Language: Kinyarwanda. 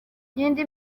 n’indi